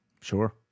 Sure